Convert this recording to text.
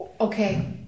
Okay